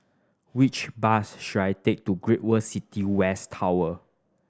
which bus should I take to Great World City West Tower